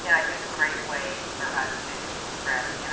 and i think a great way for us to express, you know,